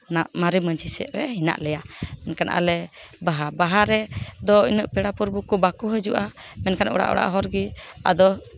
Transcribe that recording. ᱢᱟᱨᱮ ᱢᱟᱺᱡᱷᱤ ᱥᱮᱫ ᱨᱮ ᱢᱮᱱᱟᱜ ᱞᱮᱭᱟ ᱢᱮᱱᱠᱷᱟᱱ ᱟᱞᱮ ᱵᱟᱦᱟ ᱵᱟᱦᱟᱨᱮ ᱫᱚ ᱤᱱᱟᱹᱜ ᱯᱮᱲᱟ ᱯᱚᱨᱵᱷᱩ ᱠᱚ ᱵᱟᱠᱚ ᱦᱤᱡᱩᱜᱼᱟ ᱢᱮᱱᱠᱷᱟᱱ ᱚᱲᱟᱜ ᱚᱲᱟᱜ ᱦᱚᱲᱜᱮ ᱟᱫᱚ